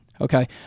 okay